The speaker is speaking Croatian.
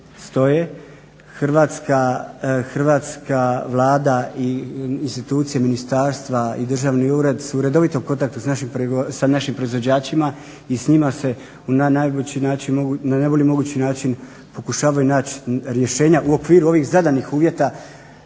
Hrvatska Vlada i institucije ministarstva i državni ured su u redovitom kontaktu sa našim proizvođačima i s njima se na najbolji mogući način pokušavaju naći rješanje u okviru ovih zadanih uvjeta